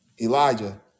Elijah